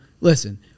listen